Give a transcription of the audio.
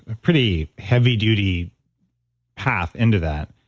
ah pretty heavy-duty path into that.